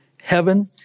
Heaven